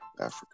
africa